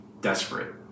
desperate